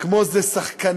כמו איזה שחקני,